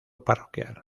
parroquial